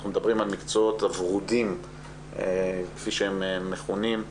אנחנו מדברים על המקצועות הוורודים כפי שהם מכונים,